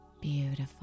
Beautiful